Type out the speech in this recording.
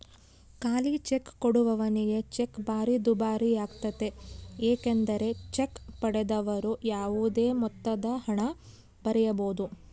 ಖಾಲಿಚೆಕ್ ಕೊಡುವವನಿಗೆ ಚೆಕ್ ಭಾರಿ ದುಬಾರಿಯಾಗ್ತತೆ ಏಕೆಂದರೆ ಚೆಕ್ ಪಡೆದವರು ಯಾವುದೇ ಮೊತ್ತದಹಣ ಬರೆಯಬೊದು